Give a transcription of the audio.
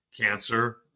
cancer